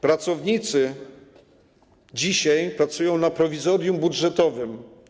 Pracownicy dzisiaj pracują na prowizorium budżetowym.